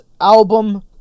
album